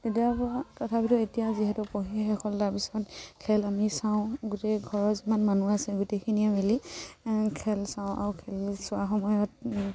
তেতিয়াৰ পৰা তথাপিতো এতিয়া যিহেতু পঢ়ি শেষ হ'ল তাৰপিছত খেল আমি চাওঁ গোটেই ঘৰৰ যিমান মানুহ আছে গোটেইখিনিয়ে মিলি খেল চাওঁ আৰু খেল চোৱা সময়ত